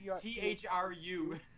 T-H-R-U